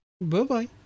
Bye-bye